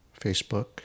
Facebook